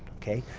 okay?